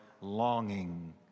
longing